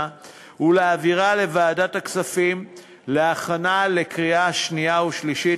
ולהעבירה לוועדת הכספים להכנה לקריאה שנייה ושלישית.